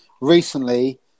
recently